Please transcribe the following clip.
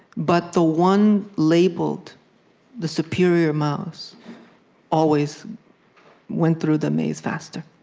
but the one labeled the superior mouse always went through the maze faster.